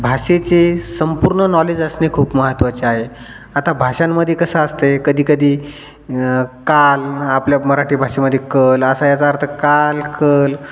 भाषेचे संपूर्ण नॉलेज असणे खूप महत्त्वाचे आहे आता भाषांमध्ये कसं असते कधी कधी काल आपल्या मराठी भाषेमध्ये